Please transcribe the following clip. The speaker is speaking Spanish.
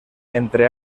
entre